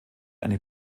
eine